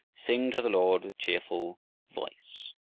sing to the lord with cheerful voice.